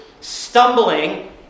stumbling